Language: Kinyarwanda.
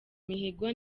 imihigo